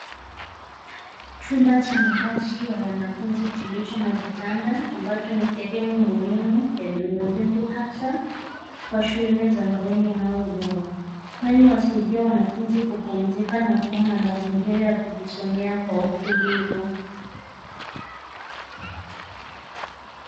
Chumba cha malazi ya wanafunzi kilicho na vitanda ambacho ni sehemu muhimu ya miundombinu hasa kwa shule za bweni au vyuo kwani husaidia wanafunzi kupumzika na kuwa na mazingira ya kujisomea kwa utulivu.